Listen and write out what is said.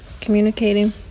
communicating